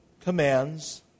commands